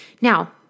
Now